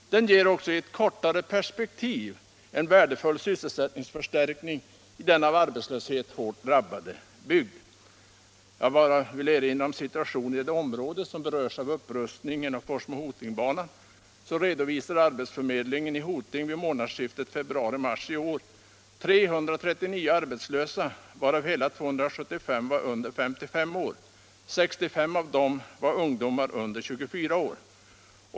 Den ger också i ett kortare perspektiv en värdefull sysselsättningsförstärkning i en av arbetslöshet hårt drabbad bygd. Jag vill bara erinra om situationen i det område som berörs av upprustningen av Forsmo-Hotingbanan. Arbetsförmedlingen i Hoting redovisade vid månadsskiftet februari-mars i år 339 arbetslösa, varav hela 275 var under 55 år. Av dessa var 65 ungdomar under 24 år.